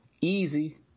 easy